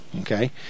okay